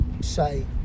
say